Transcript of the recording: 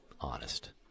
honest